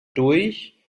durch